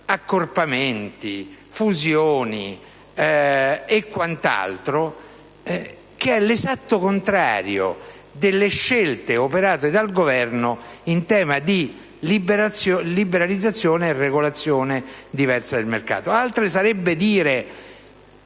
accorpamenti, fusioni e quant'altro: ciò è l'esatto contrario delle scelte operate dal Governo in tema di liberalizzazione e regolazione diversa del mercato.